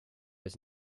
was